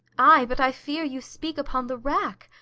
ay, but i fear you speak upon the rack,